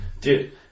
Dude